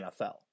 NFL